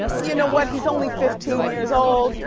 you know what, he's only fifteen years old.